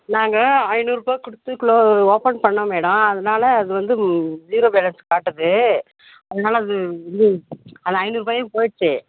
நாங்கள் ஐநூறுரூபா கொடுத்து குளோ ஓப்பன் பண்ணோம் மேடம் அதனால் அது வந்து ஜீரோ பேலன்ஸ் காட்டுது அதனால் அது வந்து அந்த ஐநூறுரூபாயும் போயிடுச்சு